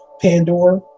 Pandora